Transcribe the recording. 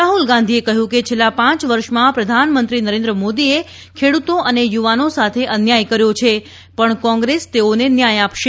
રાહુલ ગાંધીએ કહ્યું કે છેલ્લાં પાંચ વર્ષમાં પ્રધાનમંત્રી નરેન્દ્ર મોદીએ ખેડૂતો અને યુવાનો સાથે અન્યાય કર્યો છે પણ કોંગ્રેસ તેઓને ન્યાય આપશે